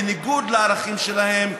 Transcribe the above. בניגוד לערכים שלהם,